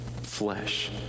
flesh